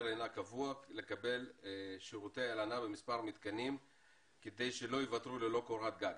לינה קבוע לקבל שירותי הלנה במספר מתקנים כדי שלא ייוותרו ללא קורת גג.